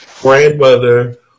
grandmother